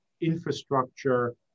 infrastructure